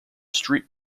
street